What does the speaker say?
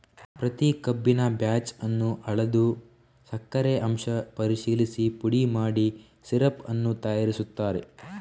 ಪ್ರತಿ ಕಬ್ಬಿನ ಬ್ಯಾಚ್ ಅನ್ನು ಅಳೆದು ಸಕ್ಕರೆ ಅಂಶ ಪರಿಶೀಲಿಸಿ ಪುಡಿ ಮಾಡಿ ಸಿರಪ್ ಅನ್ನು ತಯಾರಿಸುತ್ತಾರೆ